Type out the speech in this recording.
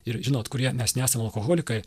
ir žinot kurie mes nesam alkoholikai